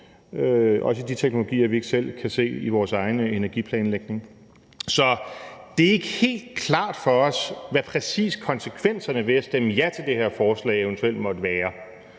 også i de teknologier, vi ikke selv kan se i vores egen energiplanlægning. Så det er ikke helt klart for os, præcis hvad konsekvenserne ved at stemme ja til det her forslag eventuelt måtte være.